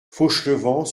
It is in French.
fauchelevent